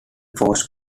forces